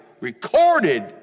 recorded